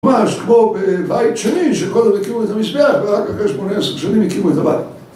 ממש כמו בבית שני שקודם הקימו את המזבח, ורק אחרי 18 שנים הקימו את הבית